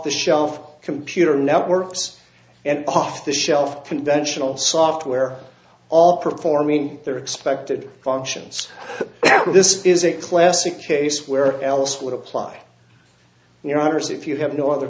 the shelf computer networks and off the shelf of conventional software all performing their expected functions this is a classic case where else would apply your iris if you have no other